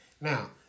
Now